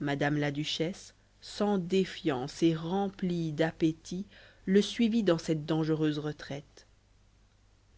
madame la duchesse sans défiance et remplie d'appétit le suivit dans cette dangereuse retraite